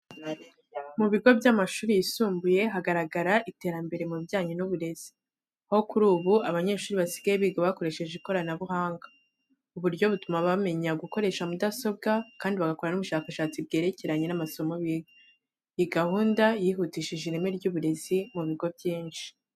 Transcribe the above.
Mu bigo by'amashuri yisumbuye hagaragara iterambere mu bijyanye n'uburezi, aho kuri ubu abanyeshuri basigaye biga bakoresheje ikoranabuhanga. Ubu buryo butuma bamenya gukoresha mudasobwa kandi bagakora n'ubushakashatsi bwerekeranye n'amasomo biga. Iyi gahunda yihutishije ireme ry'uburezi mu bigo byinshi.